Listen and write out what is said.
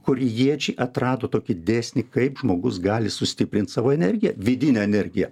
korėjiečiai atrado tokį dėsnį kaip žmogus gali sustiprint savo energiją vidinę energiją